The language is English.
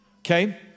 Okay